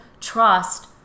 trust